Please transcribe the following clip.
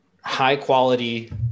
high-quality